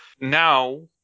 now